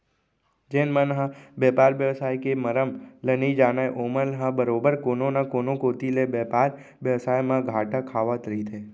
जेन मन ह बेपार बेवसाय के मरम ल नइ जानय ओमन ह बरोबर कोनो न कोनो कोती ले बेपार बेवसाय म घाटा खावत रहिथे